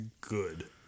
good